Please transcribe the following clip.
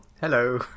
Hello